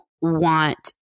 want